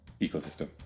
ecosystem